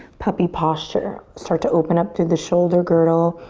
puppy posture. start to open up to the shoulder girdle.